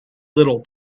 little